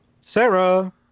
Sarah